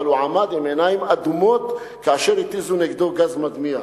אבל הוא עמד עם עיניים אדומות כאשר התיזו נגדו גז מדמיע.